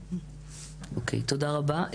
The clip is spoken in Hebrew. תודה רבה.